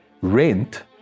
Rent